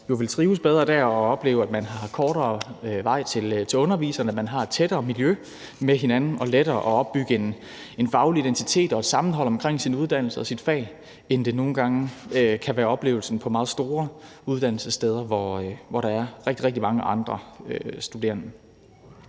jo vil trives bedre der og opleve, at man har kortere vej til underviserne, at man har et tættere miljø med hinanden og lettere ved at opbygge en faglig identitet og et sammenhold omkring sin uddannelse og sit fag, end det nogle gange kan være oplevelsen på meget store uddannelsessteder, hvor der er rigtig, rigtig mange andre studerende.